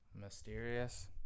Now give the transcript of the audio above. Mysterious